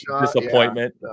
disappointment